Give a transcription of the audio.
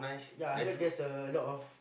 yea I heard there's a lot of